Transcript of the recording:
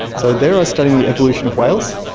so there i was studying the evolution of whales.